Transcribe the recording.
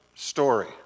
story